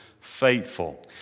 faithful